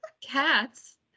Cats